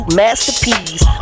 masterpiece